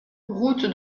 route